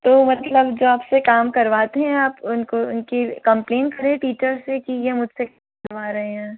तो मतलब जो आपसे काम करवाते हैं आप उनको उनकी कम्पलेन करें टीचर्स से की ये मुझसे करवा रहे हैं